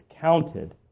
counted